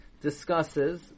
discusses